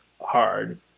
hard